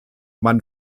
man